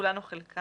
כולן או חלקן,